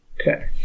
Okay